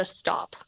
stop